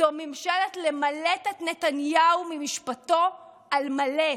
זו ממשלת למלט את נתניהו ממשפטו על מלא.